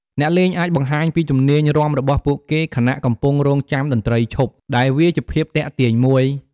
អ្នកលេងអាចបង្ហាញពីជំនាញរាំរបស់ពួកគេ ខណៈកំពុងរង់ចាំតន្ត្រីឈប់ ដែលវាជាភាពទាក់ទាញមួយ។